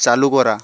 চালু করা